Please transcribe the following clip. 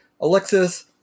Alexis